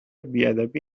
بیادبی